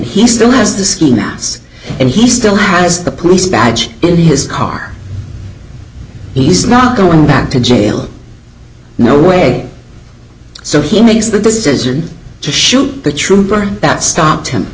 he still has the ski mask and he still has the police badge in his car he's not going back to jail no way so he makes the decision to shoot the trooper that stopped him